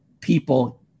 people